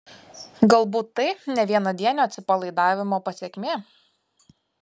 galbūt tai ne vienadienio atsipalaidavimo pasekmė